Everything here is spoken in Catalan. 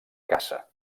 caça